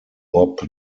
bob